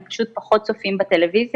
הם פשוט פחות צופים בטלוויזיה,